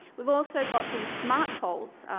we've also got the smart poles.